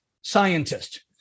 scientist